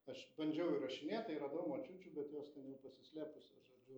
aš bandžiau įrašinėt tai radau močiučių bet jos ten jau pasislėpusios žodžiu